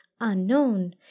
unknown